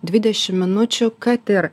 dvidešim minučių kad ir